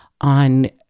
on